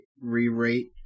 re-rate